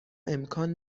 امکان